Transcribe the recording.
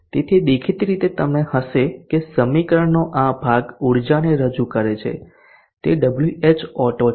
તેથી દેખીતી રીતે તમને હશે કે સમીકરણનો આ ભાગ ઊર્જાને રજૂ કરે છે તે Whauto છે